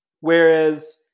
Whereas